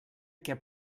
què